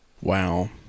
Wow